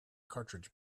cartridge